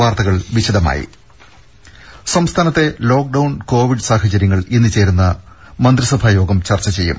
വാർത്തകൾ വിശദമായി സംസ്ഥാനത്തെ ലോക്ഡൌൺ കോവിഡ് സാഹചര്യങ്ങൾ ഇന്ന് ചേരുന്ന മന്ത്രിസഭാ യോഗം ചർച്ച ചെയ്യും